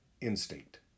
Instinct